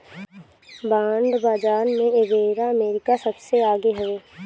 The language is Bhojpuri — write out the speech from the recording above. बांड बाजार में एबेरा अमेरिका सबसे आगे हवे